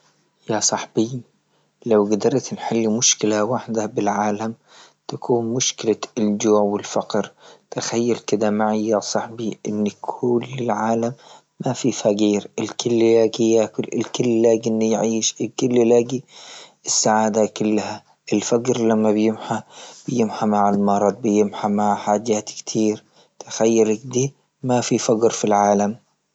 يا صاحبي لو قدرت نحل مشكلة وحدة بالعالم تكون مشكلة الجوع والفقر، تخيل كذا معي يا صاحبي ان كل العالم ما في فقير، الكل يقي ياكل الكل لاقي يعيش الكل لاقي السعادة كلها الفقر لما بيمحى نع المرض، بيمحى مع حاجات كثير تخيل كدي ما في فقر في العالم.